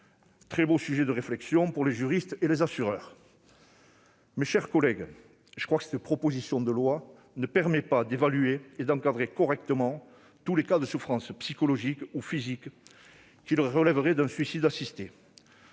Très beau sujet de réflexion pour les juristes et les assureurs ! Mes chers collègues, à mon sens, cette proposition de loi ne permet pas d'évaluer et d'encadrer correctement tous les cas de souffrances psychologiques ou physiques qui relèveraient d'un suicide assisté.